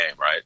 Right